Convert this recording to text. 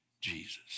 Jesus